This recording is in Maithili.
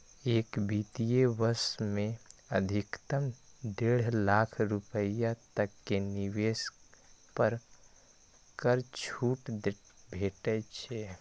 एक वित्त वर्ष मे अधिकतम डेढ़ लाख रुपैया तक के निवेश पर कर छूट भेटै छै